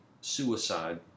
suicide